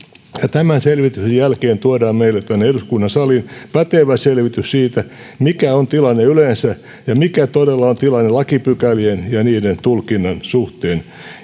tämän selvityksen jälkeen tuodaan meille tänne eduskunnan saliin pätevä selvitys siitä mikä on tilanne yleensä ja mikä todella on tilanne lakipykälien ja niiden tulkinnan suhteen